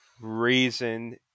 reason